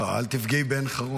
בעין --- לא, אל תפגעי בעין חרוד.